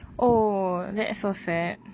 oh that's so sad